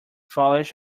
polish